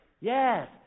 Yes